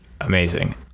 amazing